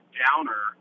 downer